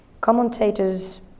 Commentators